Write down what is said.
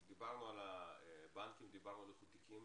דיברנו על הבנקים, דיברנו על איחוד תיקים.